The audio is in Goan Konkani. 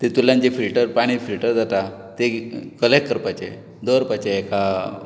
तितूंल्यान जे फिल्टर पाणी फिल्टर जाता तें कलॅक्ट करपाचें दवरपाचें एका